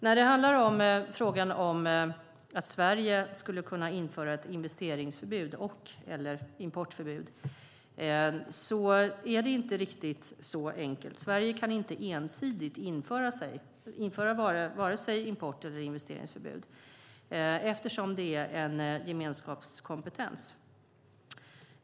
När det handlar om frågan huruvida Sverige skulle kunna införa investeringsförbud eller importförbud är det inte riktigt så enkelt. Sverige kan inte ensidigt införa vare sig import eller investeringsförbud eftersom det är en gemenskapskompetens.